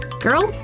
girl,